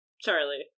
Charlie